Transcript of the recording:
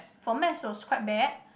for maths was quite bad